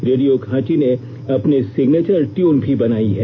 radio खांची ने अपनी सिग्नेचर ट्यून बनाई है